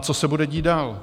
Co se bude dít dál?